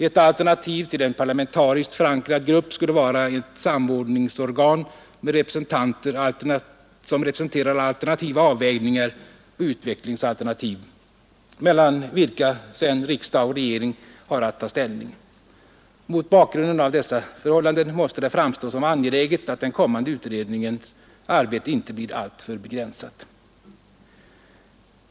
Ett alternativ till en parlamentariskt förankrad grupp skulle vara ett samordningsorgan som presenterar alternativa avvägningar och utvecklingsalternativ, mellan vilka sedan riksdag och regering har att välja. Mot bakgrunden av dessa förhållanden måste det framstå som angeläget att den kommande utredningens arbete inte blir alltför begränsat.